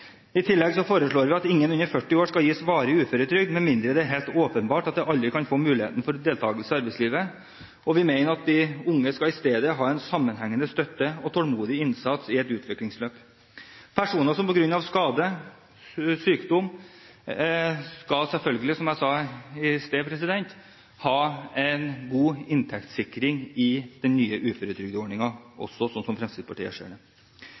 i dette huset. I tillegg foreslår vi at ingen under 40 år skal gis varig uføretrygd, med mindre det er helt åpenbart at de aldri kan få mulighet til deltakelse i arbeidslivet. Vi mener at de unge i stedet skal ha en sammenhengende støtte og tålmodig innsats i et utviklingsløp. Personer som på grunn av skade eller sykdom ikke kan arbeide, skal selvfølgelig, som jeg sa i sted, ha en god inntektssikring i den nye uføretrygdordningen, også slik Fremskrittspartiet ser det.